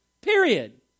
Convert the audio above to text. period